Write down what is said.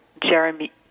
Jeremy